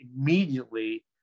immediately